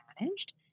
managed